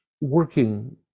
working